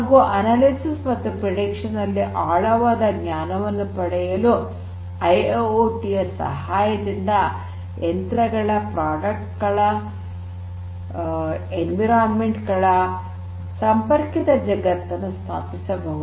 ಹಾಗು ಅನಾಲಿಸಿಸ್ ಮತ್ತು ಪ್ರಿಡಿಕ್ಷನ್ ನಲ್ಲಿ ಆಳವಾದ ಜ್ಞಾನವನ್ನು ಪಡೆಯಲು ಐಐಓಟಿ ಯ ಸಹಾಯದಿಂದ ಯಂತ್ರಗಳ ಪ್ರಾಡಕ್ಟ್ ಗಳ ಎನ್ವಿರಾನ್ಮೆಂಟ್ ಗಳ ಸಂಪರ್ಕಿತ ಜಗತ್ತನ್ನು ಸ್ಥಾಪಿಸಬಹುದು